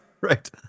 Right